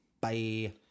Bye